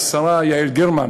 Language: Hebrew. השרה יעל גרמן